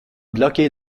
bloqué